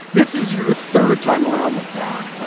this is your third time around with that.